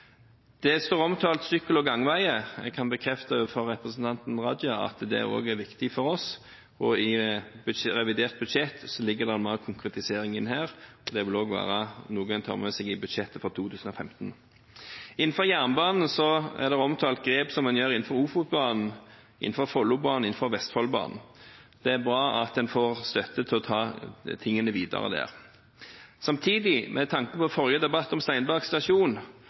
gangveier står omtalt. Jeg kan bekrefte overfor representanten Raja at det òg er viktig for oss. I revidert budsjett ligger det mer konkretisering enn her, og det vil òg være noe en tar med seg i budsjettet for 2015. Når det gjelder jernbanen, er det omtalt grep som en gjør på Ofotbanen, Follobanen og Vestfoldbanen. Det er bra at en får støtte til å ta tingene videre der. Samtidig, med tanke på forrige debatt om